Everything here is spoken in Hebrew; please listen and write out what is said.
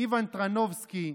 איוואן טרנובסקי,